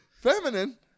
Feminine